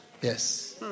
yes